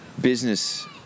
business